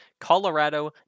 Colorado